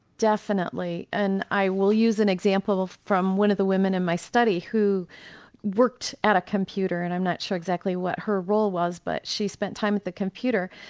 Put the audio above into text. definitely and i will use an example from one of the women in my study who worked at a computer and i'm not sure exactly what her role was but she spent time at the computer.